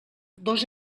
dos